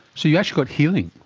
so you actually got healing?